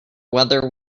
whether